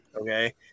okay